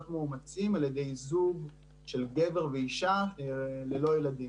מאומצים על-ידי זוג של גבר ואישה ללא ילדים.